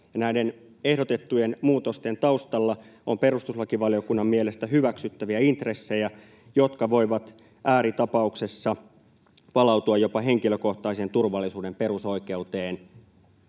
näiden ehdotettujen muutosten taustalla on perustuslakivaliokunnan mielestä hyväksyttäviä intressejä, jotka voivat ääritapauksessa palautua jopa henkilökohtaisen turvallisuuden perusoikeuteen.